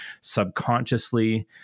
subconsciously